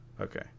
Okay